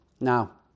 now